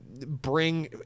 bring